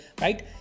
right